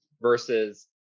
versus